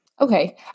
Okay